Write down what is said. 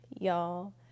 y'all